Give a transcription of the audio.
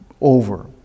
over